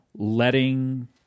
letting